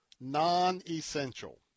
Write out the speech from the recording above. Non-Essential